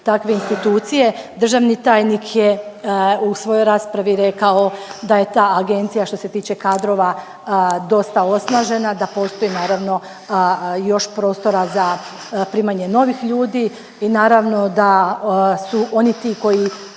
takve institucije. Državni tajnik je u svojoj raspravi rekao da je ta agencija što se tiče kadrova dosta osnažena, da postoji naravno još prostora za primanje novih ljudi i naravno da su oni ti koji